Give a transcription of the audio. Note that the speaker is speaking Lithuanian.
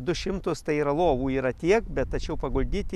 du šimtus tai yra lovų yra tiek bet tačiau paguldyti